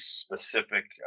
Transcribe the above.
specific